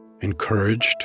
encouraged